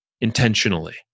intentionally